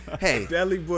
Hey